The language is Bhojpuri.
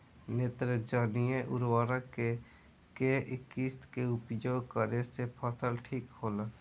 नेत्रजनीय उर्वरक के केय किस्त मे उपयोग करे से फसल ठीक होला?